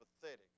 pathetic